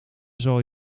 zal